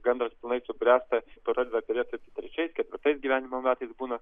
gandras pilnai subręsta pradeda perėti trečiais ketvirtais gyvenimo metais būna